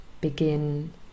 begin